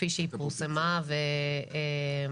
כפי שהיא פורסמה ברשומות.